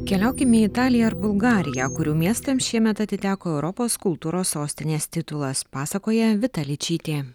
keliaukim į italiją ar bulgariją kurių miestams šiemet atiteko europos kultūros sostinės titulas pasakoja vita ličytė